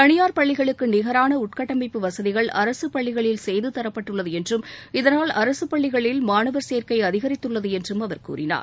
தனியார் பள்ளிகளுக்கு நிகரான உள்கட்டமைப்பு வசதிகள் அரசுப் பள்ளிகளில் செய்து தரப்பட்டுள்ளது என்றும் இதனால் அரசுப் பள்ளிகளில் மாணவர் சேர்க்கை அதிகரித்துள்ளது என்றும் அவர் கூறினார்